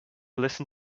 listen